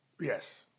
Yes